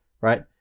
Right